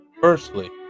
firstly